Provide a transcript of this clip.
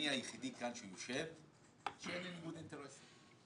אני היחידי שיושב כאן שאין לו ניגוד אינטרסים.